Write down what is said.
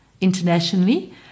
internationally